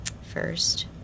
first